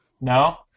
No